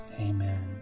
Amen